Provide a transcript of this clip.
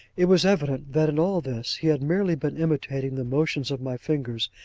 it was evident that in all this he had merely been imitating the motions of my fingers,